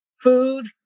food